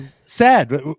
Sad